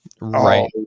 Right